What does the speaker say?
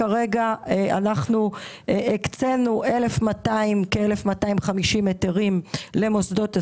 אנחנו הקצינו כ-1,250 היתרים למוסדות הסיעוד,